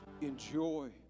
enjoy